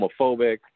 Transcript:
homophobic